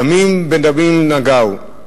דמים בדמים נגעו.